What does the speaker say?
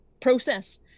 process